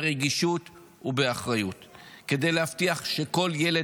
ברגישות ובאחריות כדי להבטיח שכל ילד